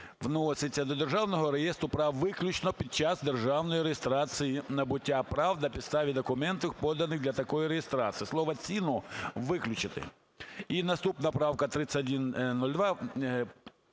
вноситься до Державного реєстру прав виключно під час державної реєстрації набуття прав на підставі документів, поданих для такої реєстрації. Слово "ціну" виключити". І наступна правка - 3102: